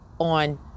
on